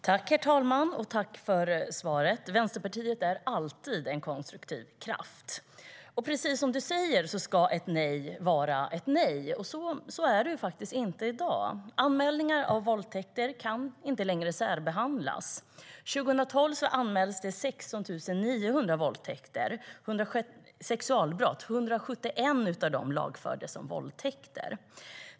Herr talman! Vänsterpartiet är alltid en konstruktiv kraft. Precis som du säger, Morgan Johansson, ska ett nej alltid vara ett nej. Så är det inte i dag. Anmälningar av våldtäkter kan inte längre särbehandlas. År 2012 anmäldes 16 900 sexualbrott, och 171 av dessa lagfördes som våldtäkt.